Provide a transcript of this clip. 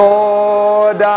Lord